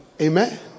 Amen